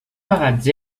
pagats